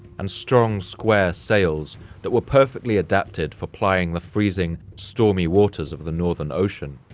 and strong, square sails that were perfectly adapted for plying the freezing stormy waters of the northern ocean.